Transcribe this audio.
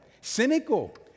cynical